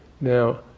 now